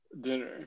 dinner